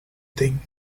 thing